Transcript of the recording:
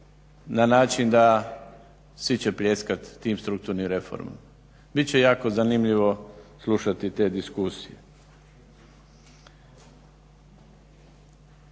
na način da svi će pljeskat tim strukturnim reformama. Bit će jako zanimljivo slušati te diskusije.